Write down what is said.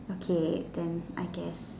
okay then I guess